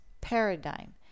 paradigm